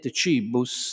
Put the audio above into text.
cibus